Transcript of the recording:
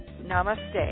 Namaste